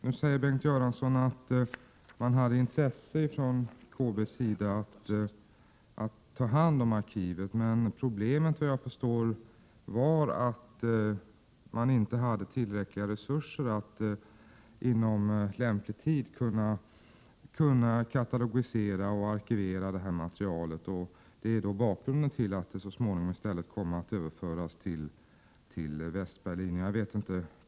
Nu säger Bengt Göransson att man från kungliga bibliotekets sida hade intresse av att ta hand om arkivet. Men, såvitt jag förstår, var problemet att man inte hade tillräckliga resurser att inom lämplig tid katalogisera och arkivera materialet. Det är bakgrunden till att arkivet så småningom i stället kom att överföras till Västberlin.